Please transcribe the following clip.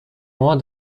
more